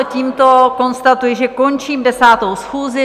Tímto konstatuji, že končím 10. schůzi.